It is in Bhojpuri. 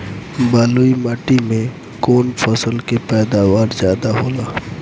बालुई माटी में कौन फसल के पैदावार ज्यादा होला?